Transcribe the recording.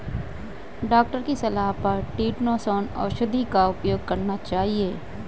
doctor की सलाह पर चीटोसोंन औषधि का उपयोग करना चाहिए